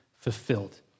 fulfilled